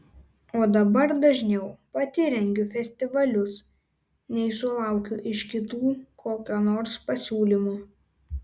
o dabar dažniau pati rengiu festivalius nei sulaukiu iš kitų kokio nors pasiūlymo